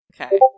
Okay